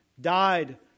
died